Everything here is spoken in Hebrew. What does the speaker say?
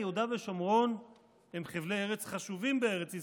יהודה ושומרון הם חבלי ארץ חשובים בארץ ישראל,